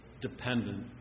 dependent